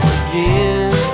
again